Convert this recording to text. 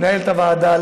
מנהלת הוועדה,